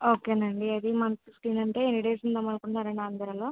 ఓకేనండి అది month scheme అంటే ఎన్ని డేస్ ఉందాం అనుకుంటున్నారండి ఆంధ్రాలో